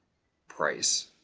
price.